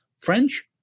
French